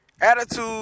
Attitude